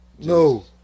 no